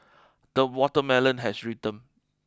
the watermelon has ripened